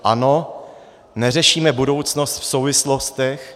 Ano, neřešíme budoucnost v souvislostech.